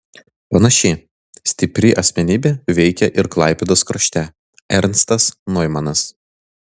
panaši stipri asmenybė veikė ir klaipėdos krašte ernstas noimanas